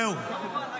זהו.